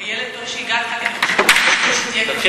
איילת, טוב שהגעת, כי אני חושבת